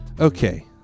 Okay